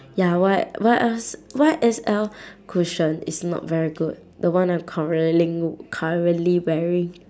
ya Y what else Y_S_L cushion is not very good the one I'm currently currently wearing